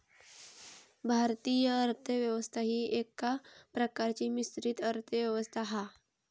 भारतीय अर्थ व्यवस्था ही एका प्रकारची मिश्रित अर्थ व्यवस्था हा